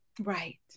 right